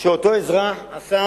שאותו אזרח עשה